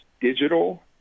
digital